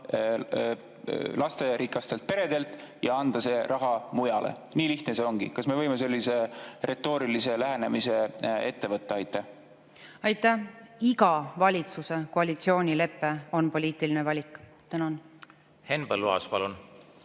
lasterikastelt peredelt ja anda see raha mujale? Nii lihtne see ongi. Kas me võime sellise retoorilise lähenemise aluseks võtta? Aitäh! Iga valitsuse koalitsioonilepe on poliitiline valik. Aitäh! Iga valitsuse